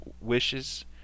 wishes